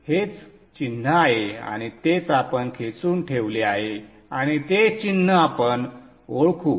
हेच चिन्ह आहे आणि तेच आपण खेचून ठेवले आहे आणि ते चिन्ह आपण ओळखू